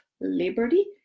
liberty